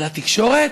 אבל התקשורת,